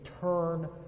turn